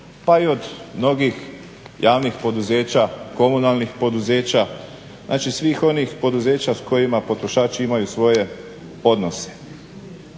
pa i od mnogih javnih poduzeća, komunalnih poduzeća, znači svih onih poduzeća s kojima potrošači imaju svoje odnose.